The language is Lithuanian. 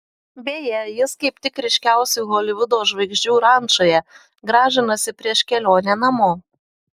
beje jis kaip tik ryškiausių holivudo žvaigždžių rančoje gražinasi prieš kelionę namo